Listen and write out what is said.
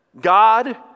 God